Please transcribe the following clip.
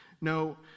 No